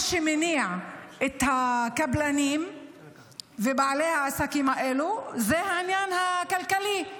מה שמניע את הקבלנים ואת בעלי העסקים האלו זה העניין הכלכלי.